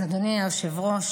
אז אדוני היושב-ראש,